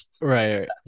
Right